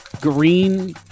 green